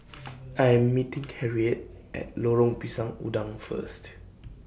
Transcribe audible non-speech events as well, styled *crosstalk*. *noise* I Am meeting Harriette At Lorong Pisang Udang First